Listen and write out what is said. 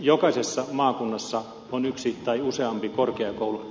jokaisessa maakunnassa on yksi tai useampi korkeakoulu